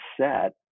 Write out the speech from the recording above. set